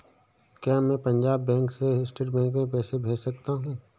क्या मैं पंजाब बैंक से स्टेट बैंक में पैसे भेज सकता हूँ?